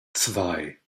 zwei